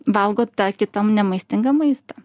valgo tą kitą nemaistingą maistą